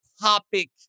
topic